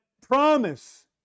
promise